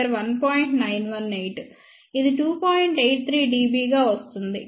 83 dBగా వస్తుంది